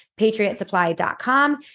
patriotsupply.com